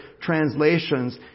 translations